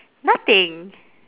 nothing